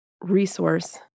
resource